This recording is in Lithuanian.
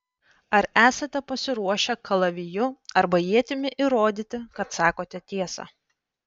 ar esate pasiruošę kalaviju arba ietimi įrodyti kad sakote tiesą